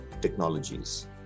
technologies